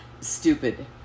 stupid